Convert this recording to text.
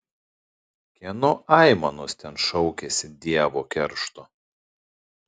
kieno aimanos ten šaukiasi dievo keršto